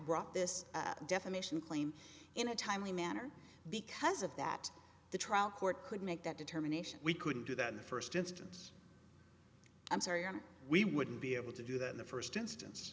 brought this defamation claim in a timely manner because of that the trial court could make that determination we couldn't do that in the first instance i'm sorry or we wouldn't be able to do that in the first instance